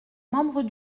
membres